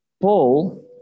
Paul